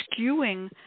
skewing